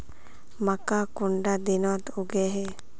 मक्का कुंडा दिनोत उगैहे?